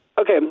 Okay